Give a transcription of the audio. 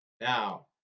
Now